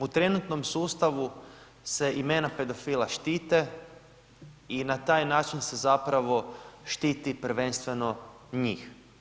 U trenutnom sustavu se imena pedofila štite i na taj način se zapravo štiti prvenstveno njih.